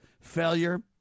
failure